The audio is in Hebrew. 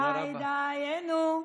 די דיינו,